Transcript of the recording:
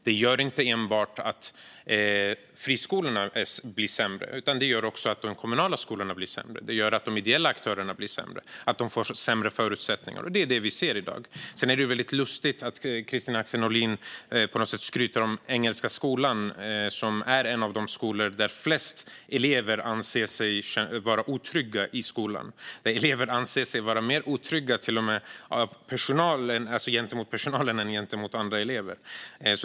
Den gör inte enbart att friskolorna blir sämre, utan den gör också att de kommunala skolorna blir sämre. Den gör att de ideella aktörerna blir sämre och att de får sämre förutsättningar. Det är det vi ser i dag. Det är lustigt att Kristina Axén Olin på något sätt skryter om Engelska Skolan, som är en av de skolor där flest elever anser sig vara otrygga i skolan. De anser sig till och med vara mer otrygga gentemot personalen än gentemot andra elever.